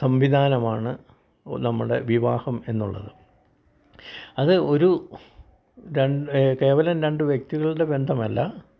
സംവിധാനമാണ് നമ്മുടെ വിവാഹം എന്നുളളത് അത് ഒരു കേവലം രണ്ട് വ്യക്തികളുടെ ബന്ധമല്ല